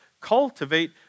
cultivate